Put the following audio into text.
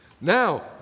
Now